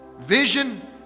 Vision